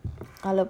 I will